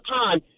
time